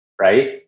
Right